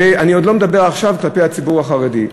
ואני עוד לא מדבר, כלפי הציבור החרדי.